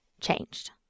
changed